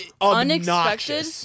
unexpected